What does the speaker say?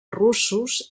russos